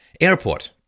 airport